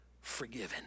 forgiven